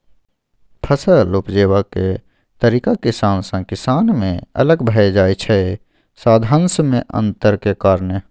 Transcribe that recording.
फसल उपजेबाक तरीका किसान सँ किसान मे अलग भए जाइ छै साधंश मे अंतरक कारणेँ